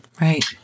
Right